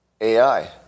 AI